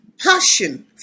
passion